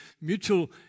mutual